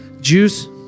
juice